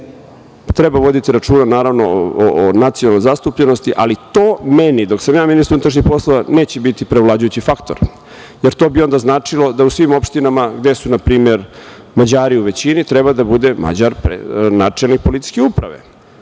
Treba voditi računa o nacionalnoj zastupljenosti, ali to meni, dok sam ja ministar unutrašnjih poslova, neće biti preovlađujući faktor, jer to bi onda značilo da u svim opštinama gde su npr. Mađari u većini treba da bude Mađar načelnik policijske uprave,